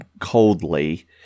coldly